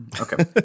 Okay